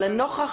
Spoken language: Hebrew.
אבל לנוכח